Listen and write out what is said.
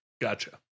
Gotcha